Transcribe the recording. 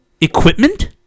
Equipment